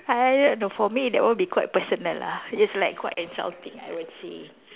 I don't know for me that would be quite personal lah it's like quite insulting I would say